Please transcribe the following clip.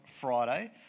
Friday